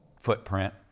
footprint